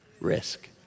risk